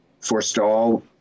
forestall